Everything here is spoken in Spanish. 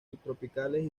subtropicales